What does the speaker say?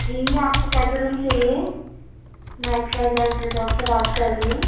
جی آپ کو کیسا روم چاہیے میں ریزارٹ سے بات کر رہی ہوں